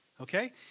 okay